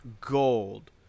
gold